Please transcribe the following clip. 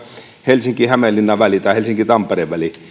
helsinki hämeenlinna väli tai helsinki tampere väli